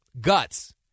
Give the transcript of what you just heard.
Guts